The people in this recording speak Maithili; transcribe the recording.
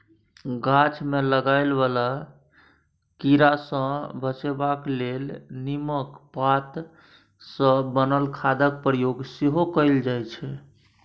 गाछ मे लागय बला कीड़ा सँ बचेबाक लेल नीमक पात सँ बनल खादक प्रयोग सेहो कएल जाइ छै